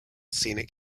scenic